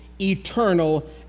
eternal